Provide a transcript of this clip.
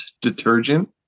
detergent